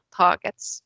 targets